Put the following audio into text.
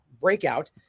breakout